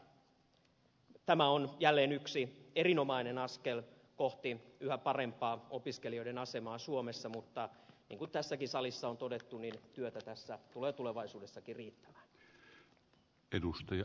täytyy todeta että tämä on jälleen yksi erinomainen askel kohti opiskelijoiden yhä parempaa asemaa suomessa mutta niin kuin tässäkin salissa on todettu niin työtä tässä tulee tulevaisuudessakin riittämään